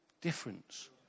difference